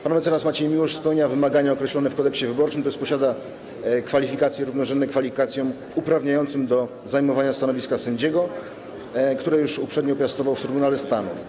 Pan mecenas Maciej Miłosz spełnia wymagania określone w Kodeksie wyborczym, to jest posiada kwalifikacje równorzędne kwalifikacjom uprawniającym do zajmowania stanowiska sędziego, które już uprzednio piastował w Trybunale Stanu.